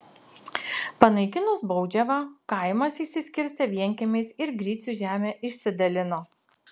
panaikinus baudžiavą kaimas išsiskirstė vienkiemiais ir gricių žemę išsidalino